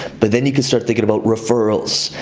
but then you can start thinking about referrals.